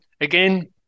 again